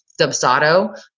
Dubsado